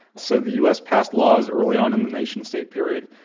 so the us passed laws early on in the nation-state period.